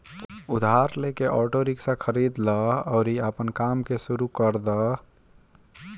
उधार लेके auto rickshaw खरीद लअ अउरी आपन काम के शुरू कर दअ